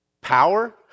power